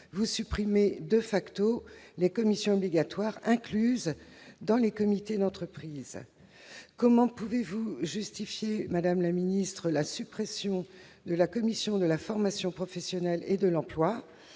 vous supprimez les commissions obligatoires incluses dans les comités d'entreprise. Comment pouvez-vous justifier, madame la ministre, la suppression de la commission de la formation professionnelle et de l'emploi